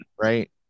Right